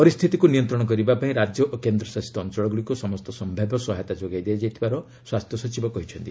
ପରିସ୍ଥିତିକ୍ ନିୟନ୍ତ୍ରଣ କରିବା ପାଇଁ ରାଜ୍ୟ ଓ କେନ୍ଦ୍ରଶାସିତ ଅଞ୍ଚଳଗୁଡ଼ିକୁ ସମସ୍ତ ସମ୍ଭାବ୍ୟ ସହାୟତା ଯୋଗାଇ ଦିଆଯାଉଥିବାର ସ୍ୱାସ୍ଥ୍ୟ ସଚିବ କହିଛନ୍ତି